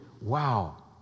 Wow